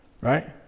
Right